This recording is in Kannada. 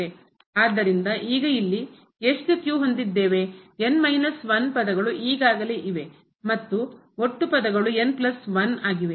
ಆದ್ದರಿಂದ ಈಗ ಇಲ್ಲಿ ಎಷ್ಟು ಹೊಂದಿದ್ದೇವೆ ಪದಗಳು ಈಗಾಗಲೇ ಇವೆ ಮತ್ತು ಒಟ್ಟು ಪದಗಳು ಆಗಿವೆ